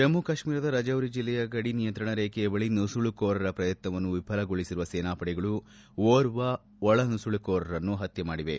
ಜಮ್ಮ ಕಾಶ್ಮೀರದ ರಚೌರಿ ಜಿಲ್ಲೆಯ ಗಡಿ ನಿಯಂತ್ರಣ ರೇಖೆಯ ಬಳಿ ನುಸುಳುಕೋರರ ಪ್ರಯತ್ನವನ್ನು ವಿಫಲಗೊಳಿಸಿರುವ ಸೇನಾಪಡೆಗಳು ಓರ್ವ ಒಳನುಸುಳುಕೋರನನ್ನು ಹತ್ಯೆ ಮಾಡಿವೆ